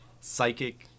psychic